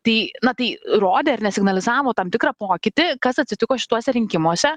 tai na tai rodė ar ne signalizavo tam tikrą pokytį kas atsitiko šituose rinkimuose